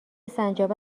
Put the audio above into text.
سنجابه